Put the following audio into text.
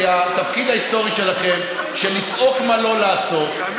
כי התפקיד ההיסטורי שלכם הוא לצעוק מה לא לעשות,